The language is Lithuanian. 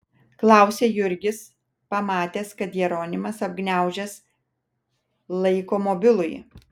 klausia jurgis pamatęs kad jeronimas apgniaužęs laiko mobilųjį